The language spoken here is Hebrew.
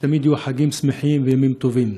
שתמיד יהיו חגים שמחים וימים טובים.